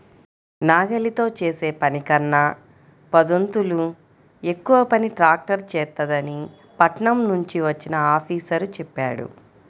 నాగలితో చేసే పనికన్నా పదొంతులు ఎక్కువ పని ట్రాక్టర్ చేత్తదని పట్నం నుంచి వచ్చిన ఆఫీసరు చెప్పాడు